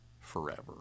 forever